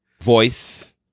Voice